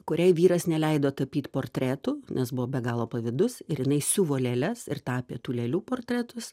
kuriai vyras neleido tapyt portretų nes buvo be galo pavydus ir jinai siuvo lėles ir tapė tų lėlių portretus